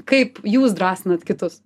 kaip jūs drąsinat kitus